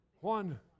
one